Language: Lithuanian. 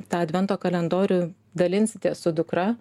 tą advento kalendorių dalinsitės su dukra